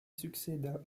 succéda